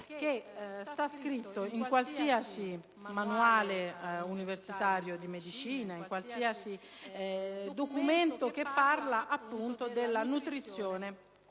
sta scritto in qualsiasi manuale universitario di medicina o in qualsiasi documento che parla della nutrizione e